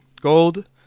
Gold